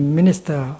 minister